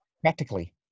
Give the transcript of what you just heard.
Practically